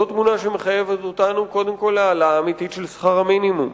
זו תמונה שמחייבת אותנו קודם כול להעלאה אמיתית של שכר המינימום.